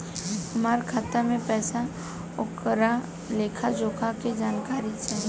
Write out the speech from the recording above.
हमार खाता में पैसा ओकर लेखा जोखा के जानकारी चाही?